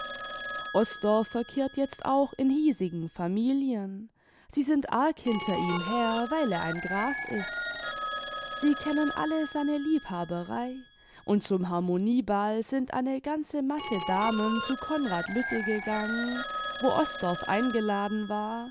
osdorff verkehrt jetzt auch in hiesigen familien sie sind arg hinter ihm her weil er ein graf ist sie kennen alle seine liebhaberei imd zum harmonieball sind eine ganze masse damen zu konrad lütte gegangen wo osdorff eingeladen war